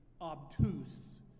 obtuse